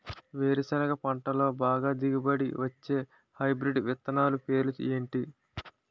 వేరుసెనగ పంటలో బాగా దిగుబడి వచ్చే హైబ్రిడ్ విత్తనాలు పేర్లు ఏంటి?